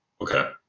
Okay